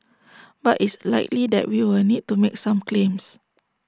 but is likely that we will need to make some claims